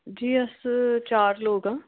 जी अस चार लोक आं